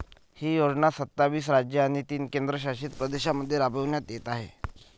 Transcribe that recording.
ही योजना सत्तावीस राज्ये आणि तीन केंद्रशासित प्रदेशांमध्ये राबविण्यात येत आहे